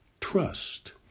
trust